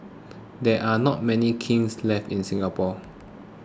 there are not many kilns left in Singapore